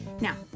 Now